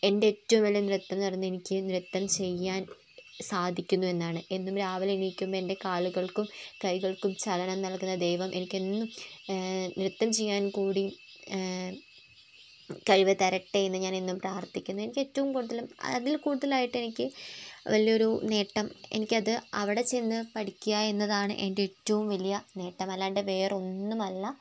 എന്റെ ഏറ്റവും വലിയ നൃത്തമെന്ന് പറയുന്നത് എനിക്ക് നൃത്തം ചെയ്യാൻ സാധിക്കുന്നുവെന്നതാണ് എന്നും രാവിലെ എഴുന്നേല്ക്കുമ്പോള് എൻറ്റെ കാലുകൾക്കും കൈകൾക്കും ചലനം നൽകുന്ന ദൈവം എനിക്കെന്നും നൃത്തം ചെയ്യാൻകൂടി കഴിവ് തരട്ടെയെന്ന് ഞാനെന്നും പ്രാർത്ഥിക്കുന്നു എനിക്കേറ്റവും കൂടുതലും അതിൽക്കൂടുതലായിട്ട് എനിക്ക് വലിയൊരു നേട്ടം എനിക്കത് അവിടെച്ചെന്ന് പഠിക്കുകയെന്നതാണ് എൻറ്റെ ഏറ്റവും വലിയ നേട്ടം അല്ലാതെ വേറെയൊന്നുമല്ല